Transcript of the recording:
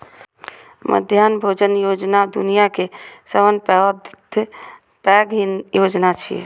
मध्याह्न भोजन योजना दुनिया के सबसं पैघ योजना छियै